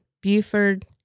Buford